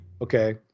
Okay